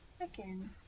Again